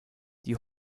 die